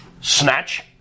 snatch